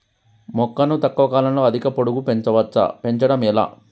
మొక్కను తక్కువ కాలంలో అధిక పొడుగు పెంచవచ్చా పెంచడం ఎలా?